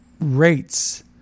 rates